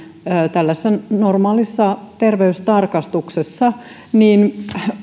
normaalissa terveystarkastuksessa niin